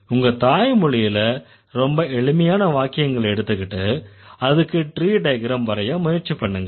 உங்க தாய் மொழியில ரொம்ப எளிமையான வாக்கியங்களை எடுத்துக்கிட்டு அதுக்கு ட்ரீ டயக்ரம் வரைய முயற்சி பண்ணுங்க